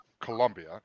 Colombia